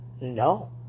No